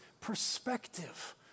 perspective